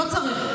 לא צריך.